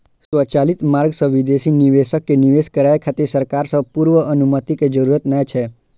स्वचालित मार्ग सं विदेशी निवेशक कें निवेश करै खातिर सरकार सं पूर्व अनुमति के जरूरत नै छै